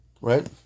right